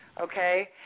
okay